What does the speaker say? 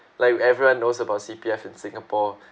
like everyone knows about C_P_F in singapore